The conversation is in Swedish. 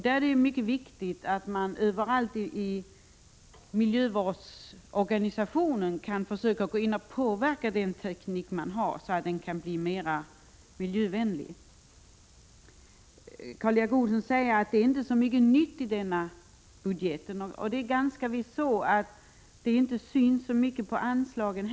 Det är mycket viktigt att man överallt i miljövårdsorganisationerna kan försöka gå in och påverka tekniken så att den blir mera miljövänlig. Karl Erik Olsson säger att det inte är så mycket nytt i denna budget. Det är ganska säkert så, att det inte syns så mycket på anslagen.